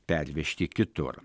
pervežti kitur